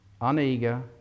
uneager